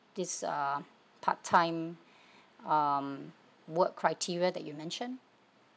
this uh part time um work criteria that you mentioned